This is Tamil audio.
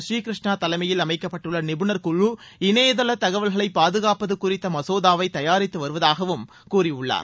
ஸ்ரீகிருஷ்ணா தலைமையில் அமைக்கப்பட்டுள்ள நிபுணா்குழு இணையதள தகவல்களை பாதுகாப்பது குறித்த மகோதாவை தபாரித்து வருவதாகவும் கூறியுள்ளார்